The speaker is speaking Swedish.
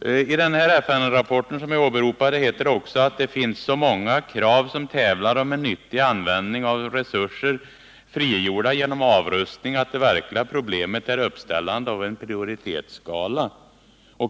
I den åberopade FN-rapporten heter det också: ”Det finns så många krav som tävlar om en nyttig användning av resurser frigjorda genom avrustning att det verkliga problemet är uppställandet av en prioritetskala.”